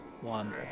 one